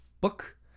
book